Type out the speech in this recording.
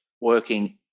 working